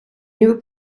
nieuwe